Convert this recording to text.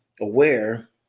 aware